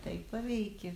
taip paveikia